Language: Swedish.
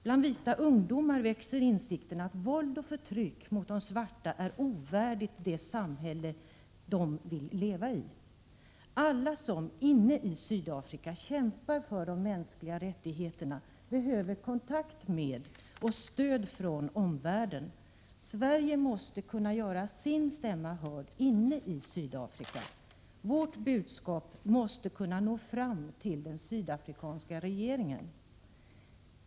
Bland vita ungdomar växer insikten att våld och förtryck mot de svarta är ovärdigt det samhälle de vill leva i. Alla som inne i Sydafrika kämpar för de mänskliga rättigheterna behöver kontakt med och stöd från omvärlden. Sverige måste kunna göra sin stämma hörd inne i Sydafrika. Vårt budskap måste kunna nå fram till den sydafrikanska regeringen.